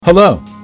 Hello